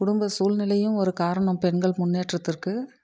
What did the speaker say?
குடும்ப சூழ்நிலையும் ஒரு காரணம் பெண்கள் முன்னேற்றத்திற்கு